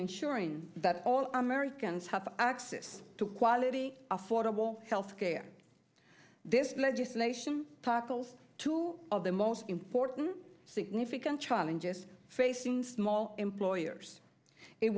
and sure in that all americans have access to quality affordable health care this legislation tackles two of the most important significant challenges facing small employers it